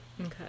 Okay